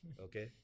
Okay